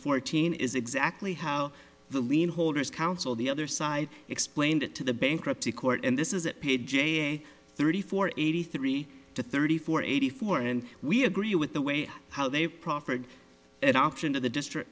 fourteen is exactly how the lien holders counsel the other side explained it to the bankruptcy court and this is it paid j thirty four eighty three to thirty four eighty four and we agree with the way how they proffered adoption to the district